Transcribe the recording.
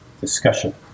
discussion